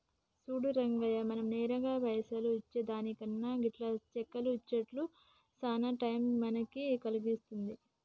సూడు రంగయ్య మనం నేరుగా పైసలు ఇచ్చే దానికన్నా గిట్ల చెక్కులు ఇచ్చుట్ల సాన టైం మనకి కలిసొస్తాది